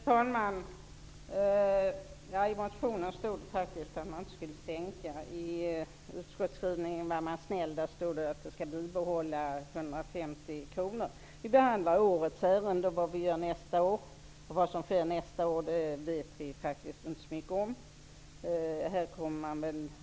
Herr talman! I motionen yrkas faktiskt att man inte skall sänka bidragsgolvet. I utskottsskrivningen var man snäll och skrev att den nedre gränsen på 150 kr bör bibehållas. Vi behandlar nu årets ärende. Vad som sker nästa år vet vi inte så mycket om.